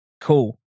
cool